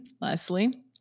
Leslie